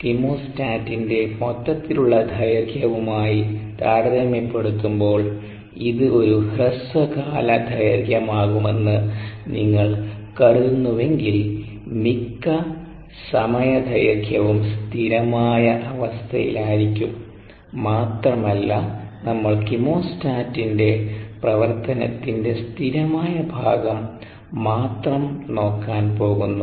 കീമോസ്റ്റാറ്റിന്റെ മൊത്തത്തിലുള്ള ദൈർഘ്യവുമായി താരതമ്യപ്പെടുത്തുമ്പോൾ ഇത് ഒരു ഹ്രസ്വകാല ദൈർഘ്യമാകുമെന്ന് നിങ്ങൾ കരുതുന്നുവെങ്കിൽ മിക്ക സമയദൈർഘ്യവും സ്ഥിരമായ അവസ്ഥയിലായിരിക്കും മാത്രമല്ല നമ്മൾ കീമോസ്റ്റാറ്റിന്റെ പ്രവർത്തനത്തിന്റെ സ്ഥിരമായ ഭാഗം മാത്രം നോക്കാൻ പോകുന്നു